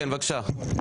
בבקשה.